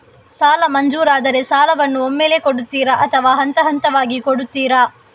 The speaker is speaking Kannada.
ಸಾಲ ಮಂಜೂರಾದರೆ ಸಾಲವನ್ನು ಒಮ್ಮೆಲೇ ಕೊಡುತ್ತೀರಾ ಅಥವಾ ಹಂತಹಂತವಾಗಿ ಕೊಡುತ್ತೀರಾ?